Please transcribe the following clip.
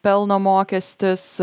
pelno mokestis